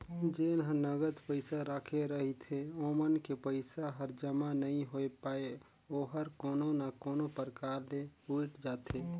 जेन ह नगद पइसा राखे रहिथे ओमन के पइसा हर जमा नइ होए पाये ओहर कोनो ना कोनो परकार ले उइठ जाथे